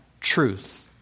truth